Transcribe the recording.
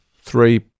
three